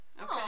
Okay